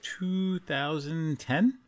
2010